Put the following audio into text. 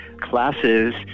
classes